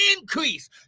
increase